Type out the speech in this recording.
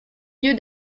lieu